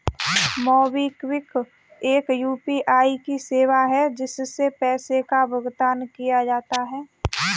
MobiKwik एक UPI की सेवा है, जिससे पैसे का भुगतान किया जाता है